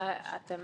אתם